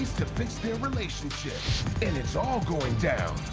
to fix their relationships and it's all going down.